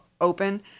open